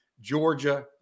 Georgia